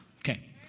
Okay